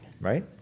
Right